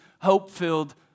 hope-filled